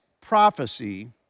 prophecy